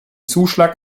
zuschlag